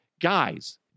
guys